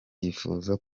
yifuza